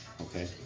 Okay